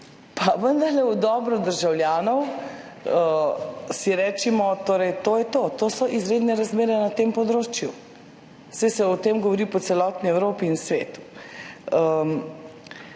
vendarle v dobro državljanov si recimo, to je to, to so izredne razmere na tem področju, saj se o tem govori po celotni Evropi in svetu.